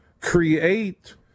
Create